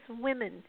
women